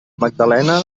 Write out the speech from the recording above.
magdalena